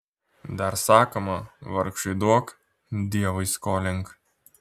dar sakoma vargšui duok dievui skolink